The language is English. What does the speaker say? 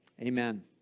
Amen